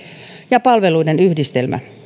ja palveluiden yhdistelmä